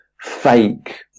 fake